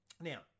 now